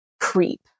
creep